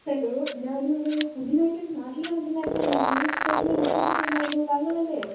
hello ഞാനിവിടെ പുതിയതായിട്ട് തന്നെ നാട്ടിൽ വന്നിട്ടുണ്ടായിരുന്നു ഞാൻ ടൂറിസ്റ്റ് സ്റ്റേറ്റിന് ബുക്കു ചെയ്തിട്ടുണ്ടായിരുന്നു താങ്കളല്ലെ